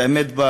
את האמת,